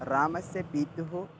रामस्य पितुः